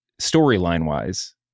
storyline-wise